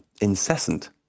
incessant